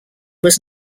was